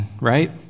right